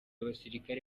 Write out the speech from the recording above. abasirikare